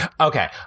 Okay